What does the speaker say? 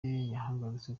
yarahagaritswe